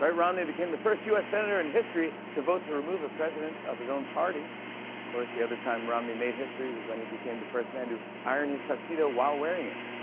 but romney became the first u s. senator in history to vote to remove a president of his own party. of course, the other time romney made history was when he became the first man to iron his tuxedo while wearing it.